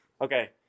Okay